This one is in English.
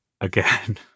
again